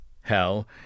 Hell